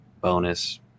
bonus